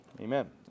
Amen